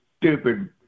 stupid